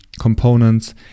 components